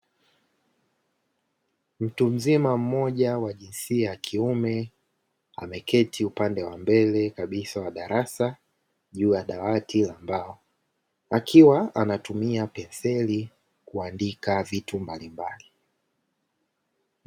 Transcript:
Mtu mzima mmoja wa jinsia ya kiume, ameketi upande wa mbele kabisa wa darasa juu ya dawati la mbao, akiwa anatumia penseli kuandika vitu mbalimbali.